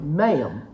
ma'am